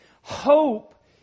Hope